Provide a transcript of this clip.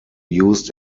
used